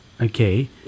okay